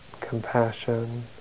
compassion